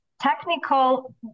technical